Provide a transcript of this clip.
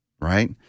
right